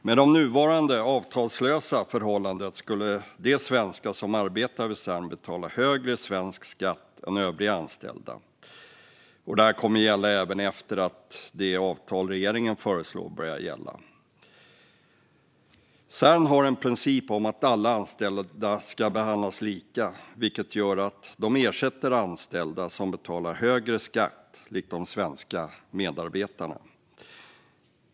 Med det nuvarande avtalslösa förhållandet betalar de svenskar som arbetar vid Cern högre svensk skatt än övriga anställda, och det kommer att gälla även efter att det avtal som regeringen föreslår börjar gälla. Cern har en princip om att alla anställda ska behandlas lika, vilket gör att de ersätter anställda som betalar högre skatt, likt de svenska medarbetarna.